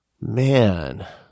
Man